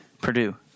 Purdue